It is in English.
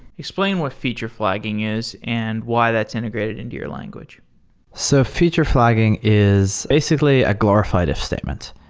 explain what feature flagging is and why that's integrated into your language so feature flagging is basically a glorified if statements.